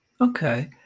Okay